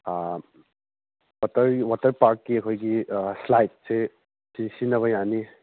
water water ꯄꯥꯔꯛꯀꯤ ꯑꯩꯈꯣꯏꯒꯤ ꯁ꯭ꯂꯥꯏꯗꯁꯦ ꯁꯤ ꯁꯤꯖꯤꯟꯅꯕ ꯌꯥꯅꯤ